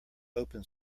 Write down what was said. open